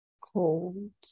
Cold